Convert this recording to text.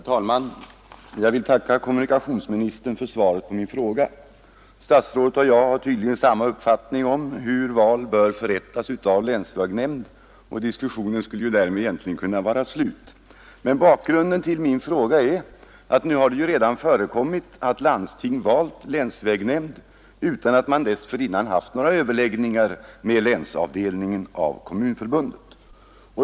Herr talman! Jag vill tacka kommunikationsministern för svaret på min fråga. Statsrådet och jag har tydligen samma upfattning om hur val till länsvägnämnder bör förrättas, och diskussionen skulle därmed egentligen kunna vara slut. Men bakgrunden till min fråga är att det redan har förekommit att landsting har valt länsvägnämnd utan att man dessförinnan har haft några överläggningar med länsavdelningen av Kommunförbundet.